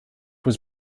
was